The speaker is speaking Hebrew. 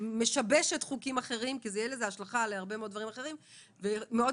משבשת חוקים אחרים כי תהיה לזה השלכה על הרבה מאוד דברים אחרים.